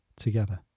Together